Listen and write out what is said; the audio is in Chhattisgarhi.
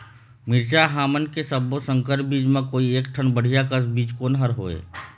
मिरचा हमन के सब्बो संकर बीज म कोई एक ठन बढ़िया कस बीज कोन हर होए?